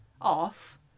off